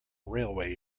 railway